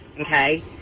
okay